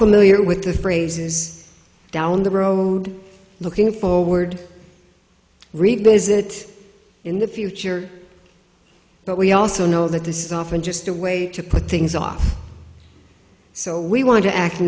familiar with the phrases down the road looking forward revisit in the future but we also know that this is often just a way to put things off so we want to act